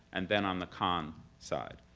and then on the con side.